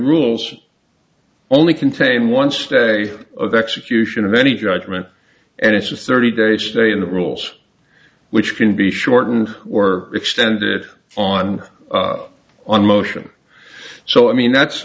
rules only contain one stay of execution of any judgment and it's a thirty day stay in the rules which can be shortened or extended on on motion so i mean that's